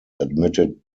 admitted